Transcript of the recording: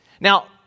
Now